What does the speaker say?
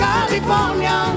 California